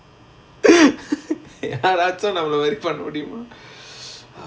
யாராச்சும் நம்மல மாரி பண்ண முடியுமா:yarachum nammala maari panna mudiyumaa